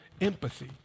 empathy